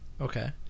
okay